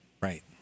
Right